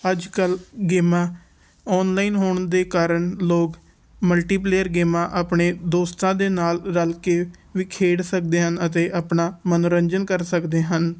ਅੱਜ ਕੱਲ੍ਹ ਗੇਮਾਂ ਔਨਲਾਈਨ ਹੋਣ ਦੇ ਕਾਰਨ ਲੋਕ ਮਲਟੀਪਲੇਅਰ ਗੇਮਾਂ ਆਪਣੇ ਦੋਸਤਾਂ ਦੇ ਨਾਲ ਰਲ ਕੇ ਵੀ ਖੇਡ ਸਕਦੇ ਹਨ ਅਤੇ ਆਪਣਾ ਮਨੋਰੰਜਨ ਕਰ ਸਕਦੇ ਹਨ